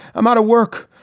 i'm out of work.